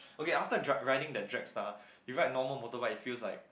okay after dra~ riding that drag star you ride normal motorbike it feels like